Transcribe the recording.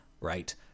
Right